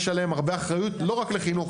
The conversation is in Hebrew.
יש עליהם הרבה אחריות; לא רק בחינוך,